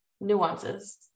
nuances